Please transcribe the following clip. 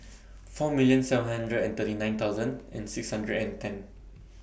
four million seven hundred and thirty nine thousand and six hundred and ten